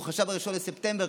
הוא חשב שב-1 לספטמבר,